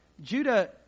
Judah